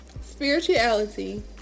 spirituality